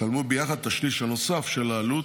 ישלמו ביחד את השליש הנוסף של העלות